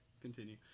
continue